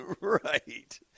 Right